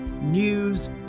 news